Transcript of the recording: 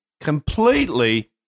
completely